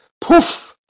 poof